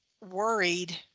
worried